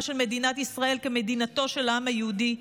של מדינת ישראל כמדינתו של העם היהודי,